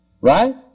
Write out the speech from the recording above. right